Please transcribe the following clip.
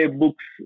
books